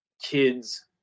kids